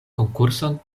konkurson